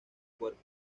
cuerpo